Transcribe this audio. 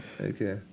Okay